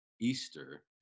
Easter